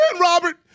Robert